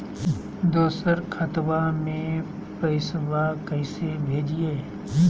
दोसर खतबा में पैसबा कैसे भेजिए?